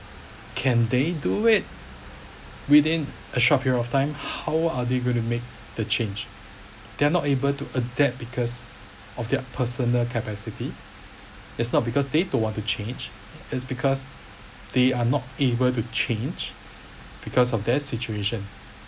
can they do it within a short period of time how are they going to make the change they're not able to adapt because of their personal capacity is not because they don't want to change is because they are not able to change because of their situation